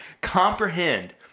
comprehend